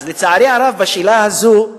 אז לצערי הרב, בשאלה הזאת,